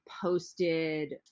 posted